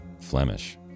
Flemish